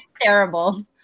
terrible